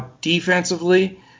defensively